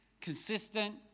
consistent